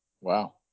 Wow